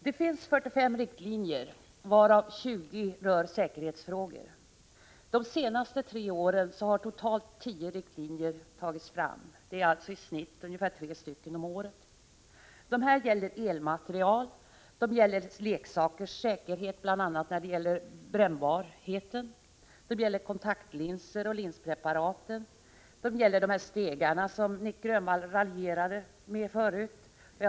Det finns 45 riktlinjer, varav 20 rör säkerhetsfrågor. De senaste tre åren har totalt 10 riktlinjer tagits fram. Det är alltså i snitt ungefär 3 om året. Dessa riktlinjer avser elmateriel, leksakers säkerhet — bl.a. när det gäller brännbarhet —, kontaktlinser och linspreparat samt de stegar som Nic Grönvall tidigare raljerade över.